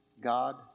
God